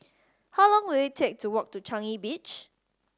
how long will it take to walk to Changi Beach